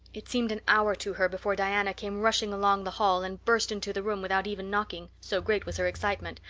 it seemed an hour to her before diana came rushing along the hall and burst into the room without even knocking, so great was her excitement.